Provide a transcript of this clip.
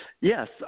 Yes